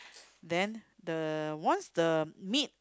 then the once the meat